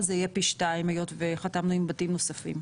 זה היה פי שתיים היות וחתמנו עם בתים נוספים.